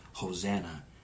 Hosanna